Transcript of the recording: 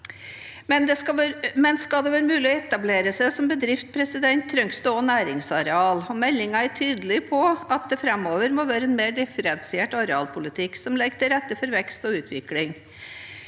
Skal det være mulig å etablere seg som bedrift, trengs det også næringsarealer. Meldingen er tydelig på at det framover må være en mer differensiert arealpolitikk som legger til rette for vekst og utvikling.